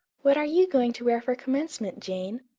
what are you going to wear for commencement, jane?